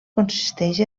consisteix